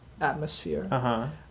atmosphere